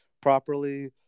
properly